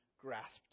grasped